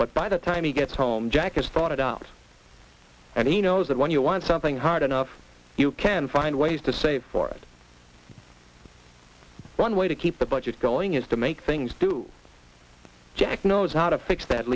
but by the time he gets home jack has fought it out and he knows that when you want something hard enough you can find ways to save for it one way to keep the budget going is to make things do jack knows how to fix that